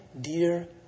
dear